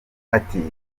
ati